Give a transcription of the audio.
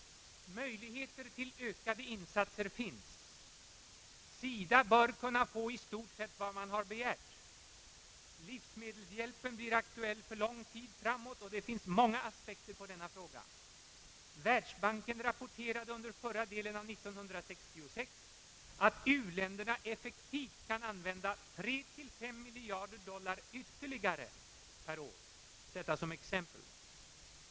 Möjligheter till ökad insats finns. SIDA bör kunna få i stort sett vad organisationen begärt. Livsmedelshjälpen blir aktuell för lång tid framåt; det finns många aspekter på denna fråga. Världsbanken rapporterade under förra delen av år 1966, att u-länderna effektivt kan använda tre till fem miljarder dollar ytterligare per år. Detta sagt såsom exempel.